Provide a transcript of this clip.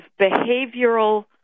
behavioral